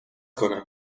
کنم